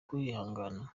kwihangana